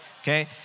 Okay